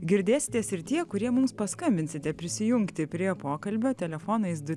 girdėsitės ir tie kurie mums paskambinsite prisijungti prie pokalbio telefonais du